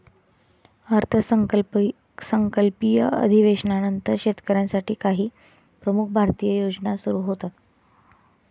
अर्थसंकल्पीय अधिवेशनानंतर शेतकऱ्यांसाठी काही प्रमुख भारतीय योजना सुरू होतील